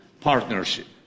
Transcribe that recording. partnership